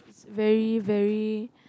is very very